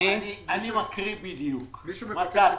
אני מקריא בדיוק, מצאתי.